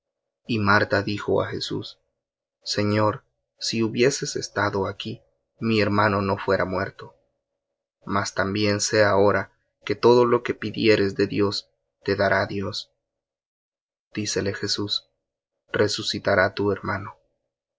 y marta dijo á jesús señor si hubieses estado aquí mi hermano no fuera muerto mas también sé ahora que todo lo que pidieres de dios te dará dios dícele jesús resucitará tu hermano mas